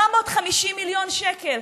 450 מיליון שקל.